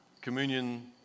communion